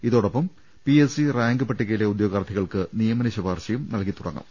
ഇതോടൊപ്പം P S C rank പട്ടികയിലെ ഉദ്യോ ഗാർത്ഥികൾക്ക് നിയമന ശുപാർശയും നൽകി തുടങ്ങും